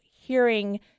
hearing